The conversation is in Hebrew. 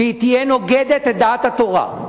שיהיו נוגדים את דעת התורה,